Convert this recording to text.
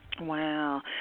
Wow